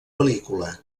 pel·lícula